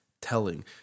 telling